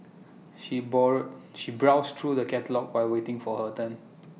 she bore she browsed through the catalogues while waiting for her turn